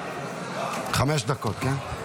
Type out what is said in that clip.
חמש דקות, כן?